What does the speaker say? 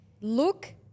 look